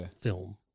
film